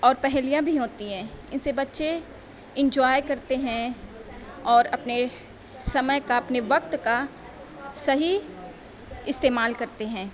اور پہیلیاں بھی ہوتی ہیں اسے بچے انجوائے کرتے ہیں اور اپنے سمے کا اپنے وقت کا صحیح استعمال کرتے ہیں